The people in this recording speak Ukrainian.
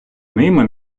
ними